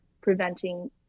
preventing